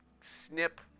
snip